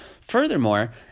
Furthermore